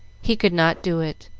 he could not do it,